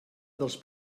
dels